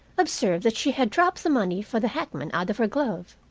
observed that she had dropped the money for the hackman out of her glove.